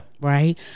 Right